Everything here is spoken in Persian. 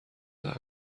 دهم